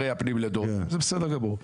בסדר גמור.